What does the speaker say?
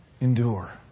Endure